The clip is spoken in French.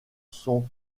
sont